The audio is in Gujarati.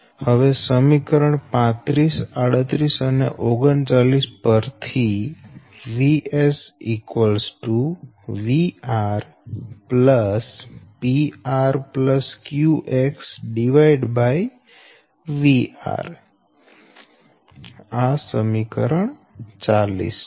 હવે સમીકરણ 35 38 અને 39 પરથી |Vs| |VR| PR QX|VR| આ સમીકરણ 40 છે